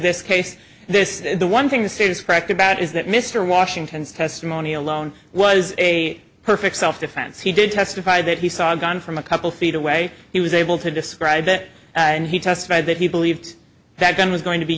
this case this the one thing the state is correct about is that mr washington's testimony alone was a perfect self defense he did testify that he saw gone from a couple feet away he was able to describe it and he testified that he believed that gun was going to be